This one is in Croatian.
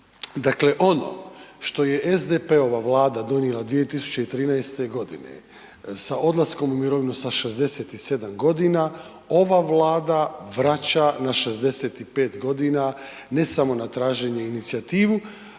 Dakle ono što je SDP-ova Vlada donijela 2013. g. sa odlaskom u mirovinu sa 67 g., ova Vlada vraća na 65 g. ne samo na traženje inicijative,